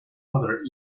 other